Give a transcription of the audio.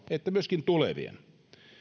että myöskin tulevien